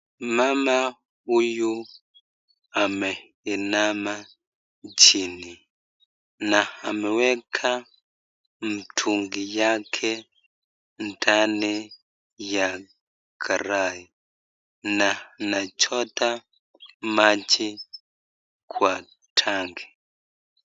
Mama huyu ameinama chini, na ameweka mtungi yake ndani ya karae na anachota maji kwa tangi.